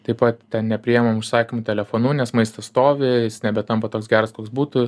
taip pat ten nepriimam užsakymų telefonu nes maistas stovi jis nebetampa toks geras koks būtų